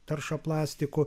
tarša plastiku